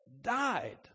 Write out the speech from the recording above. died